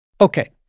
Okay